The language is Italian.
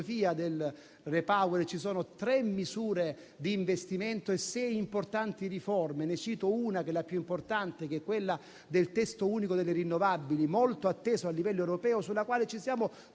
REPower EU ci sono tre misure di investimento e sei importanti riforme. Cito la più importante, quella del testo unico delle rinnovabili, molto atteso a livello europeo, sul quale ci stiamo